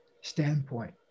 standpoint